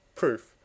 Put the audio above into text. Proof